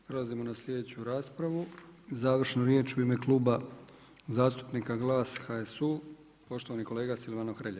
Prelazimo na slijedeću raspravu, završnu riječ u ime Kluba zastupnika GLAS, HSU, poštovani kolega Silvano Hrelja.